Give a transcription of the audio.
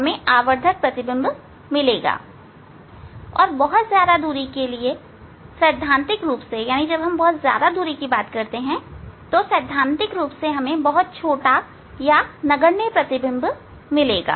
हमें आवर्धक प्रतिबिंब मिलेगा और बहुत ज्यादा दूरी के लिए सैद्धांतिक रूप से हमें बहुत छोटा नगनय प्रतिबिंब मिलेगा